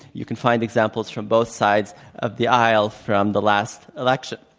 you can find examples from both sides of the aisles from the last election.